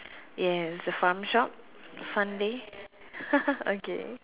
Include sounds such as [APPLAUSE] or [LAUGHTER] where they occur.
yes the farm shop fun day [NOISE] [LAUGHS] okay